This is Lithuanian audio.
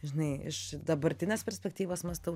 žinai iš dabartinės perspektyvos mąstau